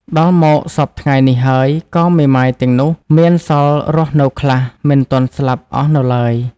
ដល់មកសព្វថ្ងៃនេះហើយ ក៏មេម៉ាយទាំងនោះ មានសល់រស់នៅខ្លះ មិនទាន់ស្លាប់អស់នៅឡើយ ។